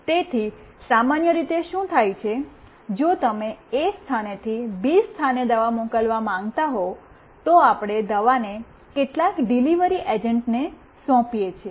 તેથી સામાન્ય રીતે શું થાય છે જો તમે A સ્થાનેથી B સ્થાને દવા મોકલવા માંગતા હો તો આપણે દવાને કેટલાક ડિલિવરી એજન્ટને સોંપીએ છીએ